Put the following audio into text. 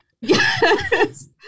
Yes